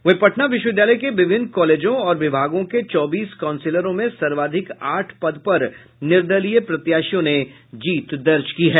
वहीं पटना विश्वविद्यालय के विभिन्न कॉलेजों और विभागों के चौबीस काउंसलरों में सर्वाधिक आठ पद पर निर्दलीय प्रत्याशियों ने जीत दर्ज की है